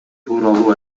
тууралуу